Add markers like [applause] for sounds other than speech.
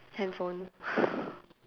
handphone [breath]